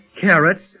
Carrots